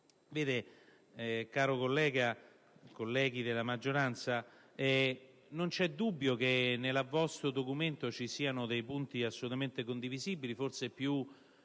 estera. Onorevoli colleghi della maggioranza, non vi è dubbio che nel vostro documento vi siano punti assolutamente condivisibili, forse più